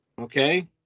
okay